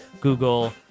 Google